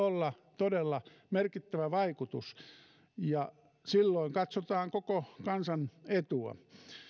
olla todella merkittävä vaikutus ja silloin katsotaan koko kansan etua